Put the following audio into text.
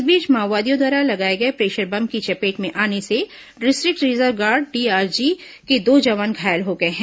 इस बीच माओवादियों द्वारा लगाए गए प्रेशर बम की चपेट में आने से डिस्ट्रिक्ट रिजर्व गार्ड डीआरजी के दो जवान घायल हो गए हैं